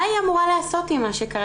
מה היא אמורה לעשות עם מה שקרה.